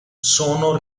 sono